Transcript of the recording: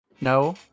No